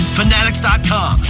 fanatics.com